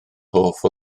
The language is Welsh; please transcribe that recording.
hoff